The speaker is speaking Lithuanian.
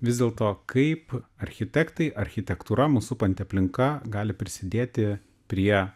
vis dėlto kaip architektai architektūra mus supanti aplinka gali prisidėti prie